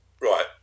Right